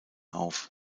auf